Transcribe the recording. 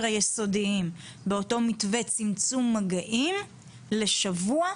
היסודיים באותו מתווה צמצום מגעים לשבוע,